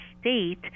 state